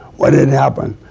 what had happened?